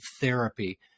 therapy